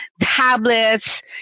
tablets